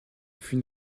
fut